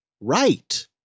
right